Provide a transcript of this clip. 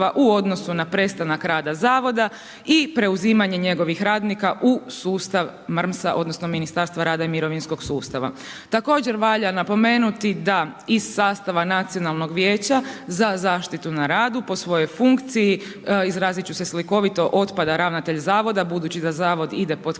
u odnosu na prestanak rada Zavoda i preuzimanje njegovih radnika u sustav MRMS-a odnosno Ministarstva rada i mirovinskog sustava. Također valja napomenuti da iz sastava Nacionalnog vijeća za zaštitu na radu po svojoj funkciji, izrazit ću se slikovito, otpada ravnatelj Zavoda, budući da Zavod ide pod kapu